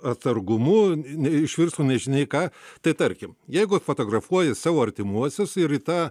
atsargumu neišvirstų nežinia į ką tai tarkim jeigu fotografuoji savo artimuosius ir į tą